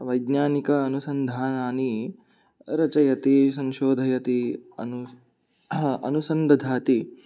वैज्ञानिक अनुसन्धानानि रचयति संशोधयति अनु अनुसन्दधाति